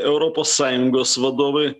europos sąjungos vadovai